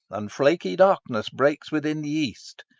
and flaky darkness breaks within the east.